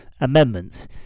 amendments